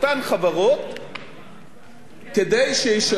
כדי שישלמו מיליארדי שקלים מסים.